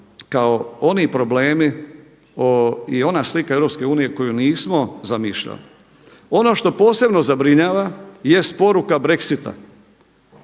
kao oni problemi i ona slika Europske unije koju nismo zamišljali. Ono što posebno zabrinjava jest poruka Brexita.